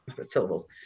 syllables